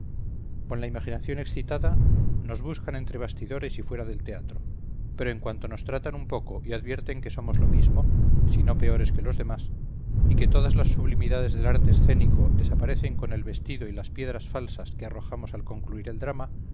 con la imaginación excitada nos buscan entre bastidores y fuera del teatro pero en cuanto nos tratan un poco y advierten que somos lo mismo si no peores que los demás y que todas las sublimidades del arte escénico desaparecen con el vestido y las piedras falsas que arrojamos al concluir el drama